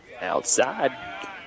Outside